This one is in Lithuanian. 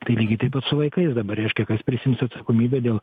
tai lygiai taip pat su vaikais dabar reiškia kas prisiims atsakomybę dėl